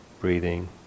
breathing